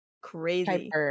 crazy